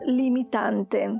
limitante